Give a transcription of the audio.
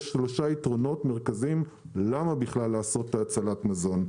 יש שלושה יתרונות מרכזיים למה בכלל לעשות את הצלת המזון.